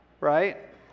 right